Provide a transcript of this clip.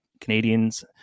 Canadians